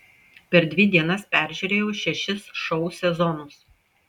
per dvi dienas peržiūrėjau šešis šou sezonus